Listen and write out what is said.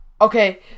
Okay